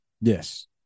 Yes